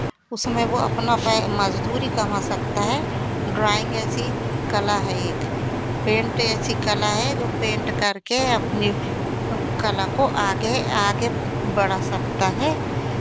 उसमें वो अपना मज़दूरी कमा सकता है ड्रॉइंग ऐसी कला है एक पेंट ऐसी कला है जो पेंट करके अपने कला को आगे आगे बढ़ा सकता है